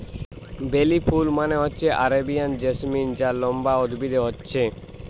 বেলি ফুল মানে হচ্ছে আরেবিয়ান জেসমিন যা লম্বা উদ্ভিদে হচ্ছে